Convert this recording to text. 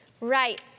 right